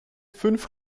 fünf